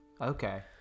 Okay